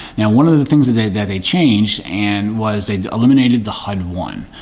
now one of the things that they that they changed and was they eliminated the hud one,